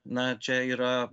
na čia yra